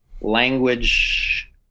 language